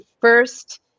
first